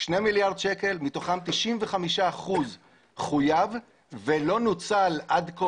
2 מיליארד שקל, מתוכם 95% חויב ולא נוצל עד כה.